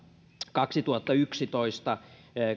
kaksituhattayksitoista eduskuntavaaleissa